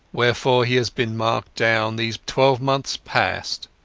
therefore he has been marked down these twelve months past.